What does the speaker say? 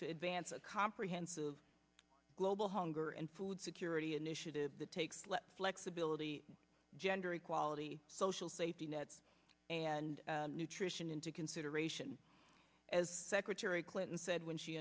to advance a comprehensive global hunger and food security initiative that takes flexibility gender equality social safety net and nutrition into consideration as secretary clinton said when she